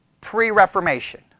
pre-Reformation